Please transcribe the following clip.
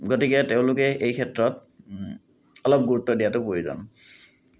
গতিকে তেওঁলোকে এইক্ষেত্ৰত অলপ গুৰুত্ব দিয়াতো প্ৰয়োজন